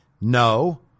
No